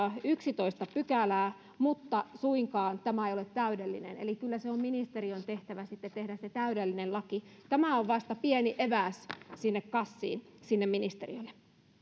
yksitoista pykälää mutta suinkaan tämä ei ole täydellinen eli kyllä se on ministeriön tehtävä sitten tehdä se täydellinen laki tämä on vasta pieni eväs sinne kassiin sinne ministeriölle